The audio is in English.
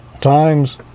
times